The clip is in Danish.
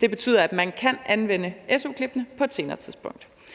Det betyder, at man kan anvende su-klippene på et senere tidspunkt.